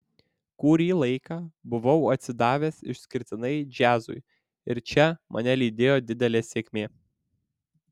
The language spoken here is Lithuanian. kurį laiką buvau atsidavęs išskirtinai džiazui ir čia mane lydėjo didelė sėkmė